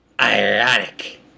ironic